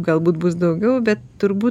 galbūt bus daugiau bet turbūt